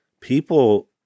people